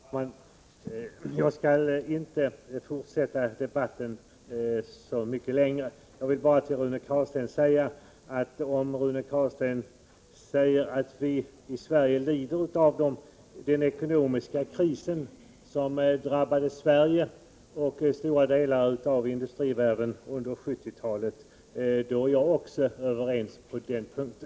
Fru talman! Jag skall inte förlänga debatten så mycket. Jag vill bara till Rune Carlstein säga att om Rune Carlstein anser att vi i Sverige lider av den ekonomiska kris som drabbade Sverige och stora delar av industrivärlden under 1970-talet, är vi överens på den punkten.